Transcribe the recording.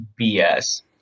BS